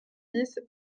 dix